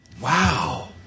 Wow